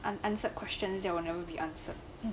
unanswered questions there will never be answered